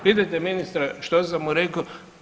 Pitajte ministra što sam mu rekao?